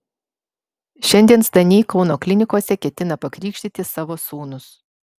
šiandien zdaniai kauno klinikose ketina pakrikštyti savo sūnus